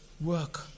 work